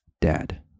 Dad